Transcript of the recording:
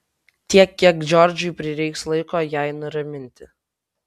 tiek kiek džordžui prireiks laiko jai nuraminti